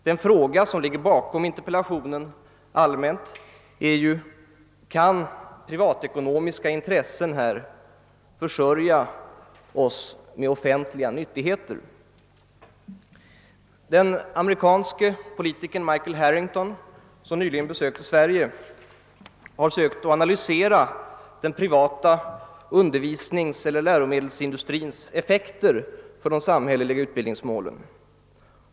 Den fråga som ligger bakom interpellationen allmänt sett är: Kan privatekonomiska intressen försörja oss med offentliga nyttigheter? Den amerikanske politikern Michael Harrington, som nyligen besökte Sverige, har sökt analysera den privata undervisningeller läromedelsindustrins effekter på de samhälleliga utbildningsmålen.